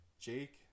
Jake